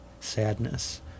sadness